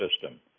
system